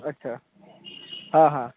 अच्छा हाँ हाँ